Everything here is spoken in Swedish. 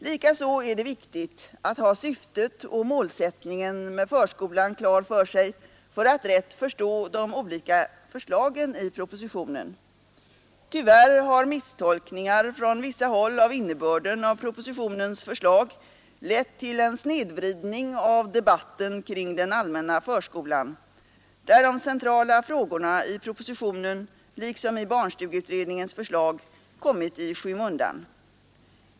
Likaså är det viktigt att ha syftet och målsättningen med förskolan klar för sig, för att rätt förstå de olika förslagen i propositionen. Tyvärr har misstolkningar från vissa håll av innebörden i propositionens förslag lett till en snedvridning av debatten kring den allmänna förskolan, där de centrala frågorna i propositionen liksom i barnstugeutredningens förslag kommit i skymundan.